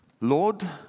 Lord